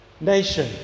nation